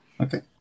Okay